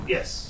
Yes